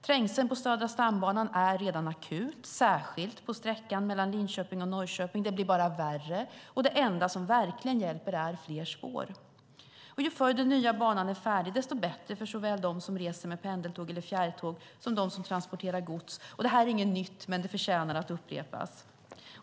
Trängseln på Södra stambanan är redan akut, särskilt på sträckan mellan Linköping och Norrköping. Det blir allt värre, och det enda som verkligen hjälper är fler spår. Ju förr den nya banan är färdig desto bättre såväl för dem som reser med pendeltåg och fjärrtåg som för dem som transporterar gods. Det är inget nytt, men det förtjänar att upprepas.